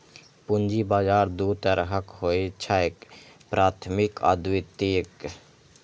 पूंजी बाजार दू तरहक होइ छैक, प्राथमिक आ द्वितीयक